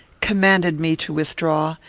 commanded me to withdraw,